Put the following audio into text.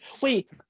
wait